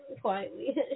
quietly